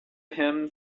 him